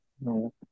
No